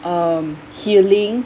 um healing